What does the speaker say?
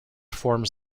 forms